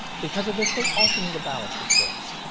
because of this, they also need a ballast of sorts.